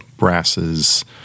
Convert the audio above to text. Brasses